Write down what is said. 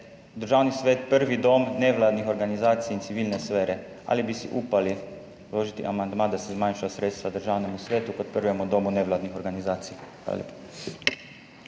–Državni svet je prvi dom nevladnih organizacij in civilne sfere. Ali bi si upali vložiti amandma, da se zmanjšajo sredstva Državnemu svetu kot prvemu domu nevladnih organizacij?